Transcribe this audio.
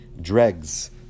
dregs